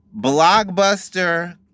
Blockbuster